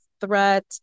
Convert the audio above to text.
threat